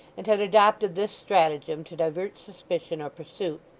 and had adopted this stratagem to divert suspicion or pursuit.